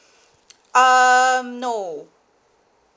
um no